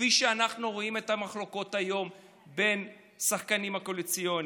כפי שאנחנו רואים את המחלוקות היום בין השחקנים הקואליציוניים.